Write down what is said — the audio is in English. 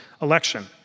election